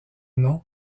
nom